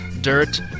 Dirt